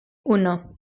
uno